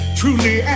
truly